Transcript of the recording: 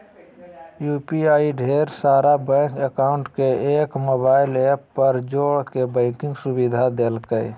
UPI ढेर सारा bank account के एक मोबाइल ऐप पर जोड़े के बैंकिंग सुविधा देलकै